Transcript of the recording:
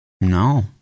No